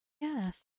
yes